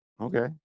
Okay